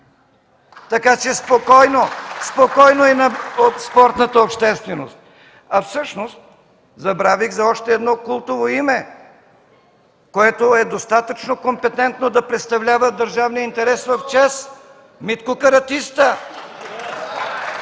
спокойно, спокойно и на спортната общественост. Всъщност забравих за още едно култово име, което е достатъчно компетентно да представлява държавния интерес в ЧЕЗ – Митко Каратиста.